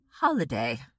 holiday